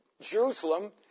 Jerusalem